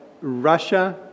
Russia